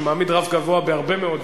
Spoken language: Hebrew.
שמעמיד רף גבוה בהרבה מאוד דברים,